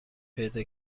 پیدا